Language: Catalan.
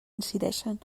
incideixen